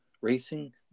Racing